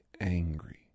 angry